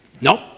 Nope